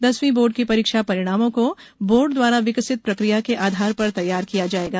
दसवीं बोर्ड के परीक्षा परिणामों को बोर्ड द्वारा विकसित प्रक्रिया के आधार पर तैयार किया जायेगा